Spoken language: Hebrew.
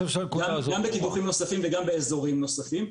בקידוחים נוספים וגם באזורים נוספים,